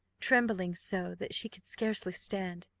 trembling so that she could scarcely stand.